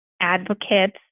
advocates